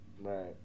Right